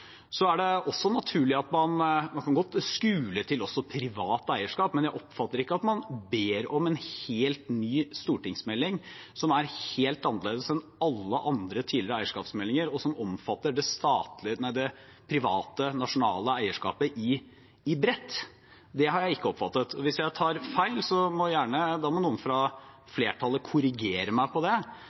Man kan godt skule til privat eierskap, men jeg oppfatter ikke at man ber om en helt ny stortingsmelding som er helt annerledes enn alle andre tidligere eierskapsmeldinger, og som omfatter det private, nasjonale eierskapet på bredt grunnlag. Det har jeg ikke oppfattet. Hvis jeg tar feil, må gjerne noen fra flertallet korrigere meg, for det